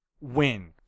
win